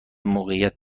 موقعیت